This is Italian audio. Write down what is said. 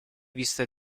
vista